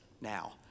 now